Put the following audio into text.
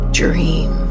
dream